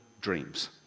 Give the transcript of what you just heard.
dreams